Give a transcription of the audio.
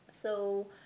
so